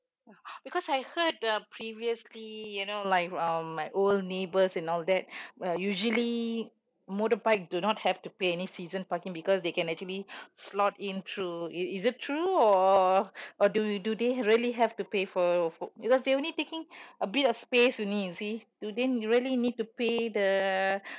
because I heard that uh previously you know like um my old neighbours and all that uh usually motorbike do not have to pay any season parking because they can actually slot in through is it true or or do do they ha~ really have to pay for for because they only taking a bit of space only you see do they really need to pay the